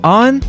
on